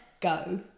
go